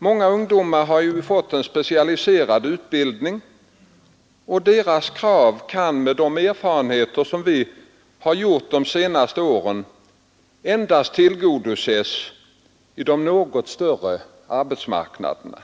Många ungdomar har fått en specialiserad utbildning, och deras krav kan enligt de erfarenheter vi har gjort de senaste åren endast tillgodoses på de något större arbetsmarknaderna.